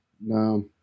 No